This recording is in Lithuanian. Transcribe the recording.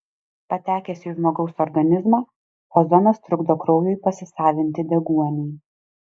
patekęs į žmogaus organizmą ozonas trukdo kraujui pasisavinti deguonį